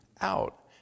out